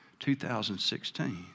2016